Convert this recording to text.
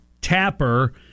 Tapper